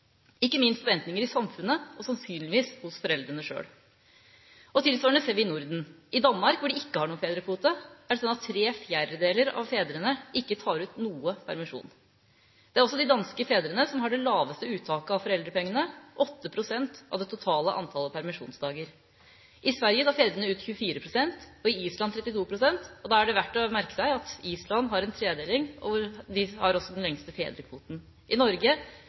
ikke minst forventninger i samfunnet og sannsynligvis hos foreldrene selv. Tilsvarende ser vi i Norden. I Danmark, hvor de ikke har noen fedrekvote, er det slik at tre fjerdedeler av fedrene ikke tar ut noe permisjon. Det er også de danske fedrene som har det laveste uttaket av foreldrepengene, 8 pst. av det totale antallet permisjonsdager. I Sverige tar fedrene ut 24 pst. og på Island 32 pst. Da er det verdt å merke seg at Island har en tredeling, hvor de også har den lengste fedrekvoten. I Norge